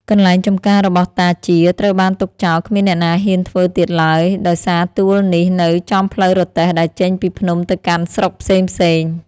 កន្លែងចម្ការរបស់តាជាត្រូវបានទុកចោលគ្មានអ្នកណាហ៊ានធ្វើទៀតឡើយ ដោយសារទួលនេះនៅចំផ្លូវរទេះដែលចេញពីភ្នំទៅកាន់ស្រុកផ្សេងៗ ។